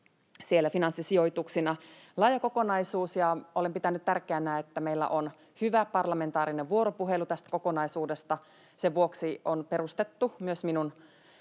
salkussa finanssisijoituksina. Laaja kokonaisuus, ja olen pitänyt tärkeänä, että meillä on hyvä parlamentaarinen vuoropuhelu tästä kokonaisuudesta. Sen vuoksi on perustettu myös minun